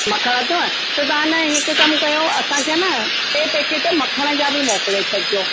मखण अथव त तव्हां न हिकु कम कयो असांखे हा न टे पैकेट मखण जा बि मोकले छॾिजो